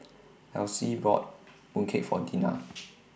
Elyse bought Mooncake For Dinah